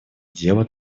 дело